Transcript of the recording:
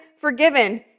forgiven